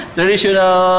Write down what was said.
Traditional